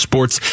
Sports